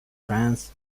france